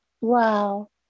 Wow